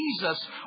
Jesus